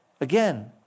again